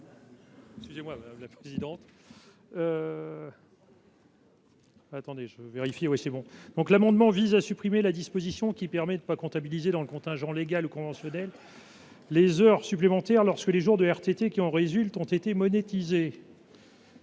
n° 385 rectifié. Cet amendement vise à supprimer la disposition qui permet de ne pas comptabiliser dans le contingent légal ou conventionnel les heures supplémentaires lorsque les jours de RTT en résultant ont été monétisés.